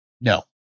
No